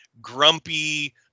grumpy